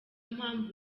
mpamvu